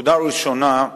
נקודה ראשונה,